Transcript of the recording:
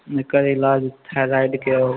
एकर इलाज थायराइड के